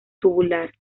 tubular